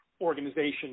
organization